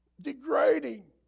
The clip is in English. degrading